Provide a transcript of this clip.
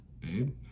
babe